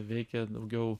veikia daugiau